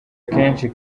kenshi